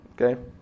okay